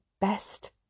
best